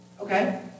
Okay